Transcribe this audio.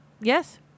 Yes